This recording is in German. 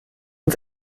uns